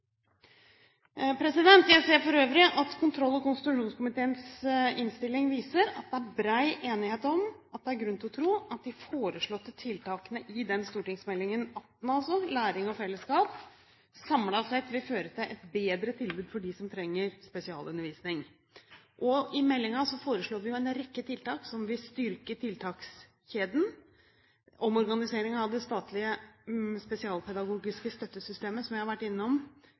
Jeg ser for øvrig av kontroll- og konstitusjonskomiteens innstilling at det er bred enighet om at det er grunn til å tro at de foreslåtte tiltakene i Meld. St. 18, Læring og fellesskap, samlet sett vil føre til et bedre tilbud for dem som trenger spesialundervisning. I meldingen foreslår vi en rekke tiltak som vil styrke tiltakskjeden: omorganisering av det statlige spesialpedagogiske støttesystemet, som jeg har vært innom,